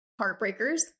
Heartbreakers